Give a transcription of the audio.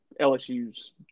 LSU's